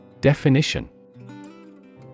Definition